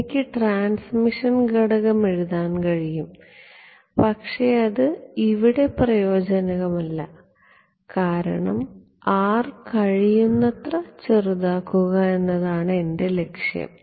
എനിക്ക് ട്രാൻസ്മിഷൻ ഘടകം എഴുതാൻ കഴിയും പക്ഷേ അത് ഇവിടെ പ്രയോജനകരമല്ല കാരണം R കഴിയുന്നത്ര ചെറുതാക്കുക എന്നതാണ് എന്റെ ലക്ഷ്യം